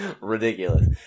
ridiculous